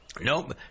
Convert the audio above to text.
Nope